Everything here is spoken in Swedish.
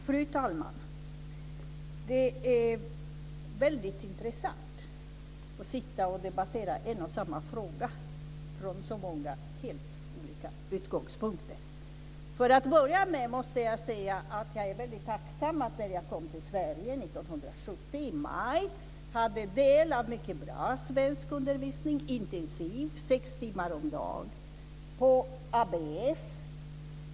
Fru talman! Det är väldigt intressant att sitta och debattera en och samma fråga utifrån så många helt olika utgångspunkter. Till att börja med måste jag säga att jag är väldigt tacksam för att jag, när jag kom till Sverige i maj 1970, fick ta del av mycket bra svenskundervisning. Det var intensiv undervisning sex timmar om dagen på ABF.